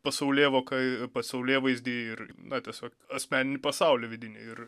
pasaulėvoką pasaulėvaizdį ir na tiesiog asmeninį pasaulį vidinį ir